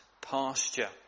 pasture